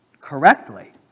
correctly